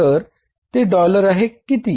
तर ते डॉलर आहे किती